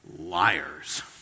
liars